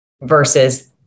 versus